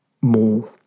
more